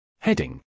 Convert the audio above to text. Heading